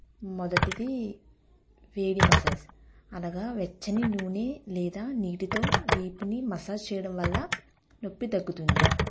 మొదటిది వేడి మసాజ్ అలాగా వెచ్చని నూనె లేదా నీటితో వీపుని మసాజ్ చేయడం వల్ల నొప్పి తగ్గుతుంది